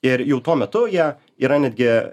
ir jau tuo metu jie yra netgi